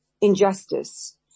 injustice